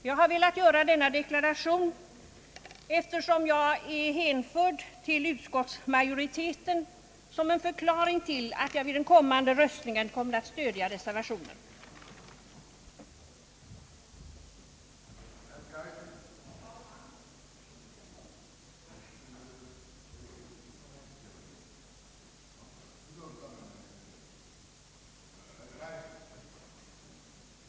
Eftersom jag sålunda kommit att hänföras till utskottsmajoriteten har jag velat göra denna deklaration som en förklaring till att jag vid den kommande omröstningen kommer att stödja reservationen på denna punkt.